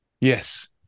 Yes